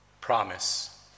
promise